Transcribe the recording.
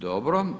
Dobro.